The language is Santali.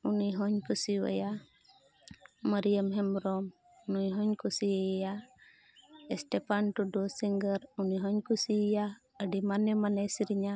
ᱩᱱᱤ ᱦᱚᱧ ᱠᱩᱥᱤᱟᱭᱟ ᱢᱟᱹᱨᱤᱭᱟᱢ ᱦᱮᱢᱵᱨᱚᱢ ᱱᱩᱭ ᱦᱚᱧ ᱠᱩᱥᱤᱭᱟᱭᱟ ᱤᱥᱴᱷᱮᱯᱮᱱ ᱴᱩᱰᱩ ᱥᱤᱝᱜᱟᱨ ᱩᱱᱤ ᱦᱚᱧ ᱠᱩᱥᱤᱣᱟᱭᱟ ᱟᱹᱰᱤ ᱢᱟᱱᱮ ᱢᱟᱱᱮ ᱥᱮᱨᱮᱧᱟ